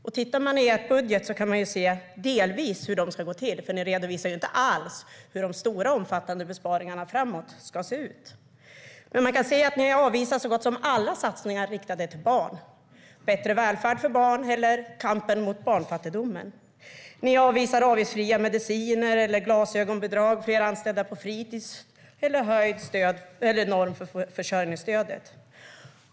Om vi tittar i er budget kan vi delvis se hur det ska gå till, men ni redovisar inte hur de stora, omfattande besparingarna ska se ut framöver. Vi kan se att ni avvisar så gott som alla satsningar riktade till barn. Ni avvisar bättre välfärd för barn och kamp mot barnfattigdomen. Ni avvisar avgiftsfria mediciner, glasögonbidrag, fler anställda på fritis och höjd norm för försörjningsstödet.